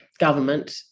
government